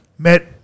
Met